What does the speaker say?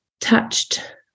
touched